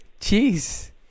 Jeez